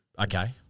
Okay